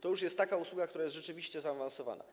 To już jest taka usługa, która jest rzeczywiście zaawansowana.